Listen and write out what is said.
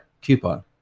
coupon